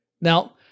Now